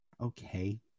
okay